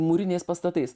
mūriniais pastatais